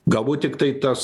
galbūt tiktai tas